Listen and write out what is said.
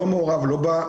אלישע, הוא לא סיים.